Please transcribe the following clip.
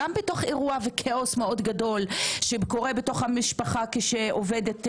גם בתוך אירוע וכאוס מאוד גדול שקורה בתוך המשפחה כאשר עובדת,